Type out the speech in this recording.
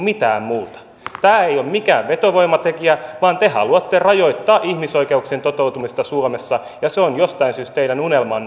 tämä ei ole mikään vetovoimatekijä vaan te haluatte rajoittaa ihmisoikeuksien toteutumista suomessa ja se on jostain syystä teidän unelmanne